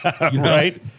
right